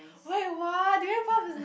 wait what durian puffs is n~